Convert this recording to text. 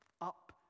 up